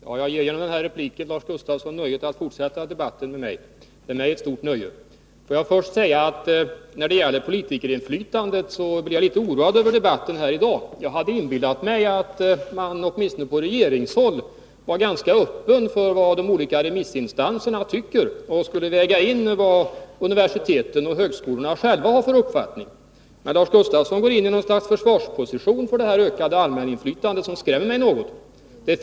Herr talman! Jag ger med den här repliken Lars Gustafsson nöjet att fortsätta diskussionen med mig — den är ett stort nöje. När det gäller politikerinflytandet blev jag litet oroad över debatten i dag. Jag inbillade mig att man åtminstone på regeringshåll var ganska öppen för vad remissinstanserna tycker och ville väga in vad universiteten och högskolorna själva har för uppfattning. Men Lars Gustafsson intar något slags försvarsposition för allmäninflytandet, och det skrämmer mig något.